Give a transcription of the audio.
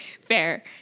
Fair